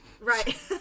Right